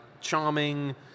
charming